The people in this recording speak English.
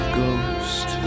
ghost